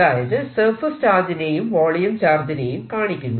അതായത് സർഫേസ് ചാർജിനെയും വോളിയം ചാർജിനെയും കാണിക്കുന്നു